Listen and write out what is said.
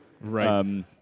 right